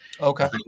Okay